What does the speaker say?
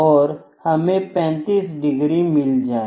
और हमें 35 डिग्री मिल जाए